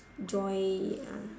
joy ah